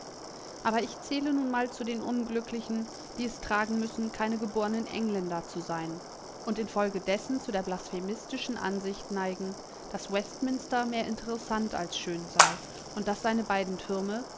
aber ich zähle nun mal zu den unglücklichen die es tragen müssen keine gebornen engländer zu sein und infolgedessen zu der blasphemistischen ansicht neigen daß westminster mehr interessant als schön sei und daß seine beiden türme